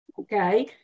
Okay